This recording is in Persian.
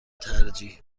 ترجیح